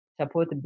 support